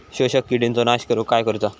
शोषक किडींचो नाश करूक काय करुचा?